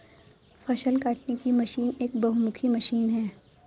फ़सल काटने की मशीन एक बहुमुखी मशीन है